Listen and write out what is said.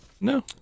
No